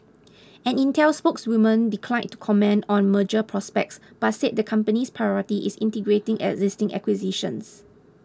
an Intel spokeswoman declined to comment on merger prospects but said the company's priority is integrating existing acquisitions